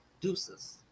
Deuces